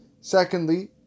Secondly